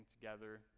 together